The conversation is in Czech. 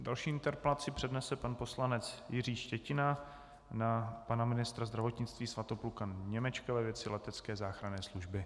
Další interpelaci přednese pan poslanec Jiří Štětina na pana ministra zdravotnictví Svatopluka Němečka ve věci letecké záchranné služby.